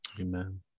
Amen